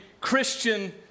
Christian